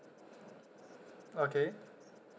okay